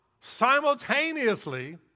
simultaneously